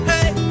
Hey